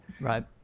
right